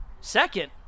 Second